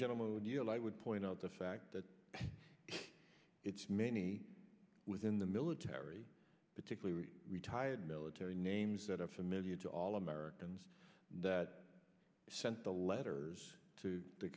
gentleman you know i would point out the fact that it's many within the military particularly retired military names that are familiar to all americans that sent the letters to the